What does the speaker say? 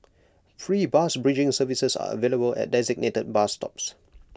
free bus bridging services are available at designated bus stops